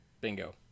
Bingo